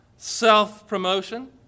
self-promotion